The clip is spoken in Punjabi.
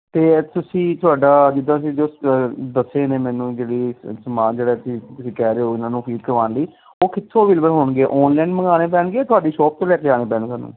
ਅਤੇ ਤੁਸੀਂ ਤੁਹਾਡਾ ਜਿੱਦਾਂ ਅਸੀਂ ਜੋ ਅ ਦੱਸੇ ਨੇ ਮੈਨੂੰ ਜਿਹੜੀ ਸਮਾਨ ਜਿਹੜਾ ਸੀ ਤੁਸੀਂ ਕਹਿ ਰਹੇ ਹੋ ਇਹਨਾਂ ਨੂੰ ਫੀਡ ਕਰਵਾਉਣ ਲਈ ਉਹ ਕਿੱਥੋਂ ਅਵੇਲੇਵਲ ਹੋਣਗੇ ਆਨਲਾਈਨ ਮੰਗਵਾਉਣੇ ਪੈਣਗੇ ਤੁਹਾਡੀ ਸ਼ੋਪ ਤੋਂ ਲੈ ਕੇ ਆਉਣੇ ਪੈਣੇ ਸਾਨੂੰ